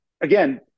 again